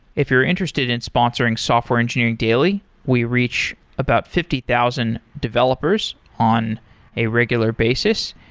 if you're interested in sponsoring software engineering daily, we reach about fifty thousand developers on a regular basis.